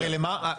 הרי למה,